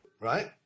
right